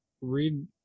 read